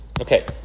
Okay